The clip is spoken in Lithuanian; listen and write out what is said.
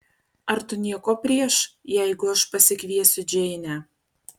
ar tu nieko prieš jeigu aš pasikviesiu džeinę